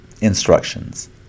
Instructions